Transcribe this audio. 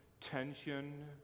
tension